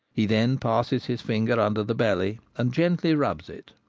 he then passes his fingers under the belly and gently rubs it.